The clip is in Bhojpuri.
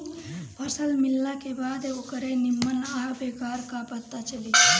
फसल मिलला के बाद ओकरे निम्मन आ बेकार क पता चली